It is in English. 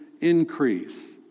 increase